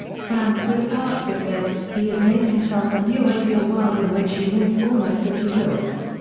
franz grillparzer said, he has made himself a new ideal world in which he moves almost as he wills.